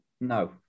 No